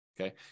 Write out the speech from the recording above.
okay